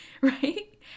Right